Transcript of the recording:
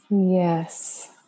Yes